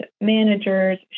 managers